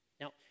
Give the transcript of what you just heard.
Now